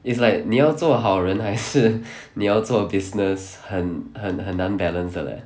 it's like 你要做好人还是你要做 business 很很很难 balance 的 leh